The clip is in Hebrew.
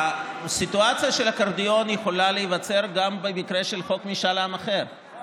הסיטואציה של אקורדיון יכולה להיווצר גם במקרה של חוק משאל עם אחר,